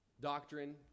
doctrine